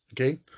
Okay